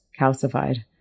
calcified